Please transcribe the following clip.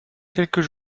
quelques